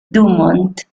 dumont